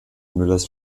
müllers